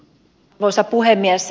arvoisa puhemies